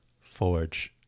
Forge